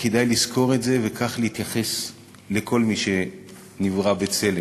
וכדאי לזכור את זה וכך להתייחס לכל מי שנברא בצלם.